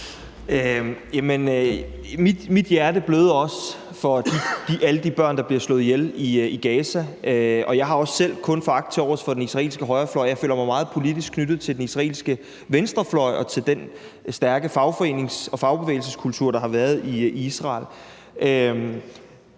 Mit hjerte bløder også for alle de børn, der bliver slået ihjel i Gaza, og jeg har også selv kun foragt tilovers for den israelske højrefløj. Jeg føler mig meget politisk knyttet til den israelske venstrefløj og til den stærke fagforenings- og fagbevægelseskultur, der har været i Israel.